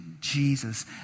Jesus